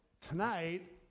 tonight